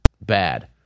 Bad